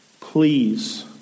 Please